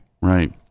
Right